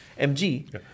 MG